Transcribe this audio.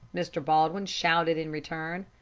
mr. baldwin shouted in return.